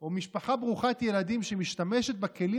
או משפחה ברוכת ילדים, שמשתמשת בכלים